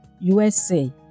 USA